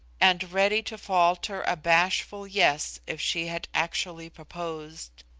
and ready to falter a bashful yes if she had actually proposed.